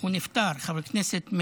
הוא נפטר, חבר כנסת.